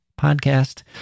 podcast